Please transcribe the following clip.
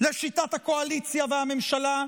לשיטת הקואליציה והממשלה,